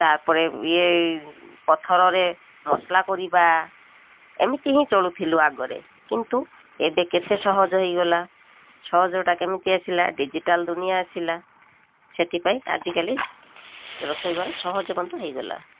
ତା'ପରେ ଇଏ ପଥରରେ ମସଲା କରିବା ଏମିତି ହିଁ ଚଳୁଥିଲୁ ଆଗରେ କିନ୍ତୁ ଏବେ କେତେ ସହଜ ହେଇଗଲା ସହଜଟା କେମିତି ଆସିଲା ଡିଜିଟାଲ ଦୁନିଆ ଆସିଲା ସେଥିପାଇଁ ଆଜିକାଲି ରୋଷେଇ ଘରେ ସହଜ ମଧ୍ୟ ହେଇଗଲା